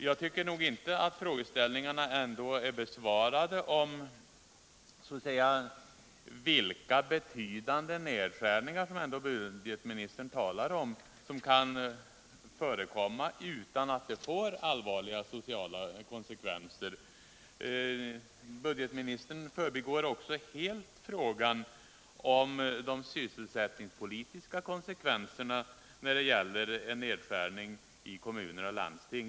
Jag tycker inte att frågeställningarna är besvarade när det gäller vilka betydande nedskärningar som budgetministern anser kan förekomma utan att det får allvarliga sociala konsekvenser. Budgetministern förbigår också helt frågan om de sysselsättningspolitiska konsekvenserna vid en nedskärning i kommuner och landsting.